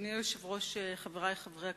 אדוני היושב-ראש, חברי חברי הכנסת,